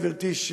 גברתי,